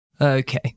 Okay